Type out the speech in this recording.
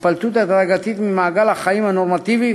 היפלטות הדרגתית ממעגל החיים הנורמטיבי